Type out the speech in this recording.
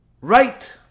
right